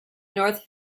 north